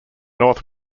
north